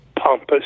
pompous